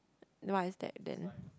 what is that then